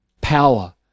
power